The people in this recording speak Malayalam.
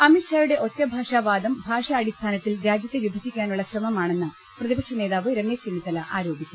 അമിത്ഷായുടെ ഒറ്റഭാഷാ വാദം ഭാഷാ അടിസ്ഥാനത്തിൽ രാജ്യത്തെ വിഭജിക്കാനുള്ള ശ്രമമാണെന്ന് പ്രതിപക്ഷ നേതാവ് രമേശ് ചെന്നിത്തല ആരോപിച്ച്